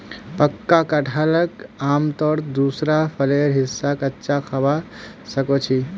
पक्का कटहलक आमतौरत दूसरा फलेर हिस्सा कच्चा खबा सख छि